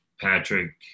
Patrick